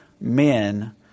men